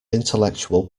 intellectual